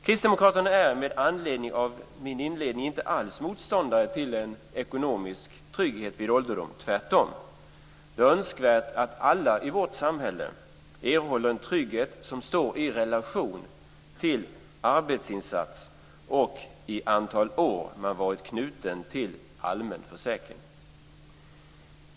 Kristdemokraterna är med anledning av min inledning inte alls motståndare till en ekonomisk trygghet vid ålderdom - tvärtom. Det är önskvärt att alla i vårt samhälle erhåller en trygghet som står i relation till arbetsinsats och till det antal år man varit knuten till allmän försäkring.